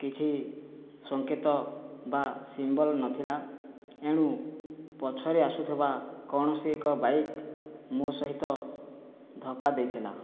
କିଛି ସଙ୍କେତ ବା ସିମ୍ବଲ ନଥିଲା ଏଣୁ ପଛରେ ଆସୁଥିବା କୌଣସି ଏକ ବାଇକ୍ ମୋ' ସହିତ ଧକ୍କା ଦେଇଥିଲା